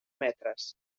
metres